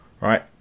Right